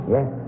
Yes